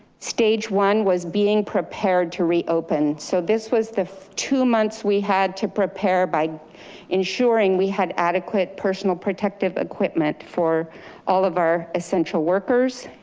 stage one was being prepared to reopen. so this was the two months we had to prepare by ensuring we had adequate personal protective equipment for all of our essential workers,